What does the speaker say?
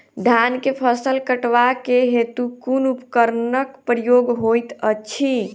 धान केँ फसल कटवा केँ हेतु कुन उपकरणक प्रयोग होइत अछि?